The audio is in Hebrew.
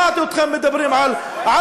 אף פעם לא שמעתי אתכם מדברים על זכויות,